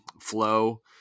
flow